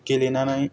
गेलेनानै